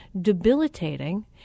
debilitating